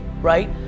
right